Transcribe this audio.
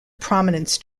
prominence